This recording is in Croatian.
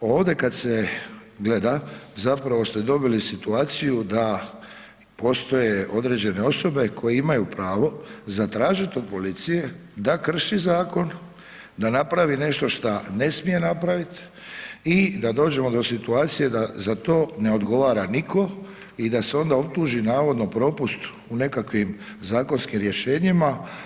Ovdje kad se gleda zapravo ste dobili situaciju da postoje određene osobe koje imaju pravo zatražiti od policije da krši zakon, da napravi nešto šta ne smije napraviti i da dođemo do situacije da za to ne odgovara nitko i da se onda optuži navodno propust u nekakvim zakonskim rješenjima.